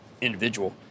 individual